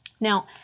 Now